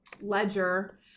Ledger